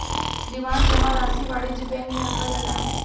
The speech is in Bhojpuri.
डिमांड जमा राशी वाणिज्य बैंक मे रखल जाला